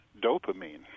dopamine